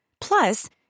Plus